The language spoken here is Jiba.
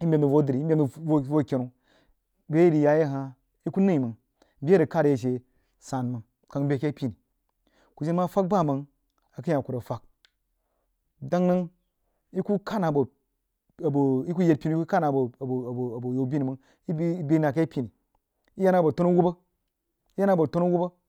yi meb nəng voh dri yí meb nəng voh kenu bəa a yi rig yah yai hah yi kut nəí mang bəa a rig kahd aysi she wah mang kang bəi ake pini kuh jen man fag bmang akəm-haha kuh rig fag ndang nang yi kuh kahd nang abo yi kuh yed pinu yi kuh kahd nəng abo yaubinu mang yi bəu nang ake pini yi yah nəng abo tenu awubba.